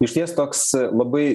išties toks labai